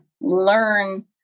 learn